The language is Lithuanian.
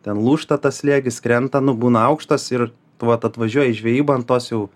ten lūžta tas slėgis krenta nu būna aukštas ir vat atvažiuoji į žvejybą ant tos jau